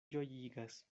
ĝojigas